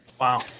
Wow